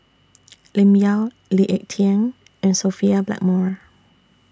Lim Yau Lee Ek Tieng and Sophia Blackmore